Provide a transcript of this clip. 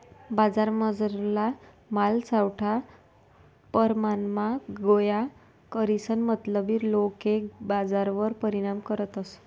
बजारमझारला माल सावठा परमाणमा गोया करीसन मतलबी लोके बजारवर परिणाम करतस